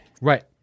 Right